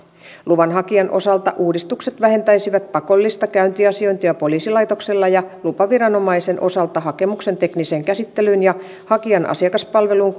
luvanhakijan osalta uudistukset vähentäisivät pakollista käyntiasiointia poliisilaitoksella ja lupaviranomaisen osalta hakemuksen tekniseen käsittelyyn ja hakijan asiakaspalveluun